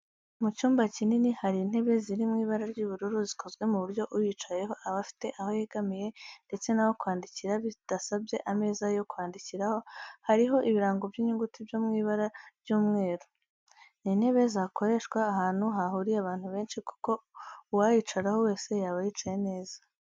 Mu cyumba kinini hari ntebe ziri mu ibara ry'ubururu zikozwe ku buryo uyicayeho aba afite aho yegamira ndetse n'aho kwandikira bidasabye ameza yandi yo kwandikiraho, hariho ibirango by'inyuguti byo mw'ibara ry'umweru. Ni intebe zakoreshwa ahantu hahuriye abantu benshi kuko uwayicaraho wese yaba yicaye neza.